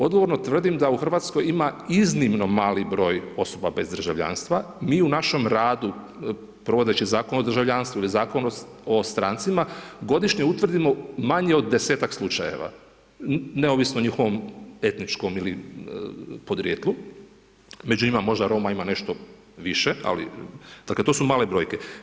Odgovorno tvrdim da u Hrvatskoj ima iznimno mali broj osoba bez državljanstva Mi u našem radu, provodeći Zakon o državljanstvu ili Zakon o strancima, godišnje utvrdimo manje od 10-tak slučajeva, neovisno o njihovom etičnom podrijetlu, među njima Roma ima nešto više, ali dakle, to su male brojke.